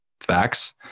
facts